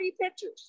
pictures